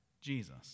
jesus